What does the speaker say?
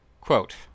Quote